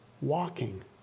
walking